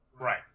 Right